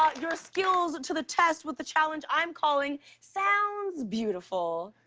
ah your skills to the test with a challenge i'm calling sounds beautiful.